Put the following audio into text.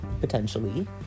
potentially